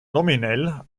nominell